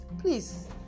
Please